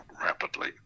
rapidly